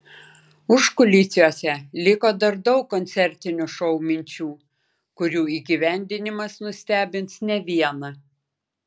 užkulisiuose liko dar daug koncertinio šou minčių kurių įgyvendinimas nustebins ne vieną